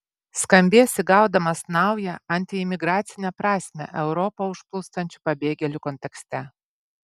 skambės įgaudamas naują antiimigracinę prasmę europą užplūstančių pabėgėlių kontekste